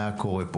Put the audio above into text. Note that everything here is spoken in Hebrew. מה היה קורה פה.